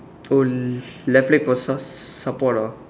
oh left leg for su~ support ah